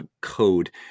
code